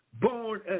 born